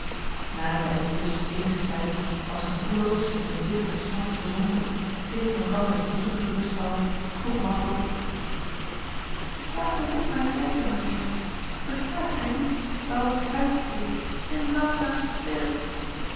na zij aldus enige tijd als gevoelloos en in bittere smart verzonken tegen elkanders boezem gerust hadden vroeg machteld verstaat gij nu mijn lijden maria verstaat gij nu waarom ik uitteer en langzaam sterf